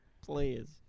Please